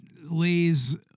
lays